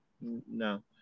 No